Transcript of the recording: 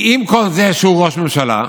כי עם כל זה שהוא ראש ממשלה,